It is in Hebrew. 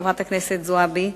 חברת הכנסת זועבי: